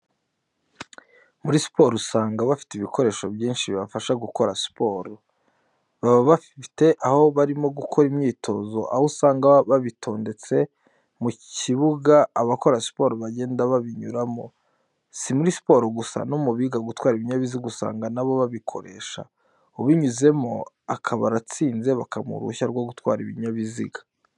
Muri siporo usanga bafite ibikoresho byinshi bibafasha gukora siporo, baba babifite aho barimo gukorera imyitozo, aho usanga babitondetse mu kibuga abakora siporo bagenda babinyuramo. Si muri siporo gusa no mu biga gutwara inyabiziga usanga na bo babikoresha, ubinyuzemo akaba aratsinze bakamuha uruhushya rwo gutwara ikinyabiziga.